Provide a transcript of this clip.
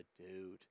dude